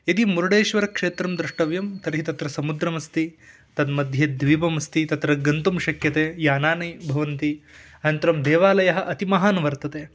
यदि मुरुडेश्वरक्षेत्रं द्रष्टव्यं तर्हि तत्र समुद्रमस्ति तन्मध्ये द्वीपमस्ति तत्र गन्तुं शक्यते यानानि भवन्ति अनन्तरं देवालयः अति महान् वर्तते